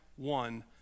one